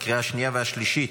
לקריאה השנייה והשלישית.